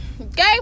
okay